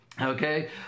Okay